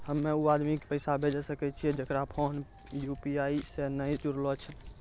हम्मय उ आदमी के पैसा भेजै सकय छियै जेकरो फोन यु.पी.आई से नैय जूरलो छै?